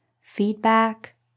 feedback